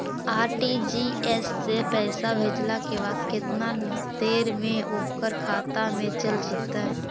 RTGS से पैसा भेजला के बाद केतना देर मे ओकर खाता मे चल जितै?